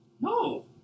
No